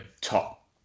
top